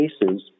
cases